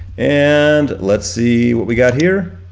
and let's see what we got here.